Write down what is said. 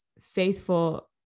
faithful